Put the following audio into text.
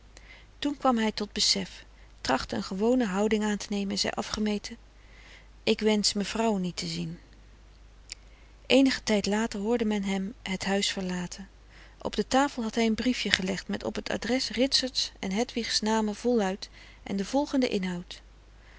toen kwam hij tot besef trachtte een gewone houding aan te nemen en zei afgemeten ik wensch mevrouw niet te zien eenigen tijd later hoorde men hem het huis verlaten op de tafel had hij een briefje gelegd met op t adres ritsert's en hedwigs namen voluit en den volgenden inhoud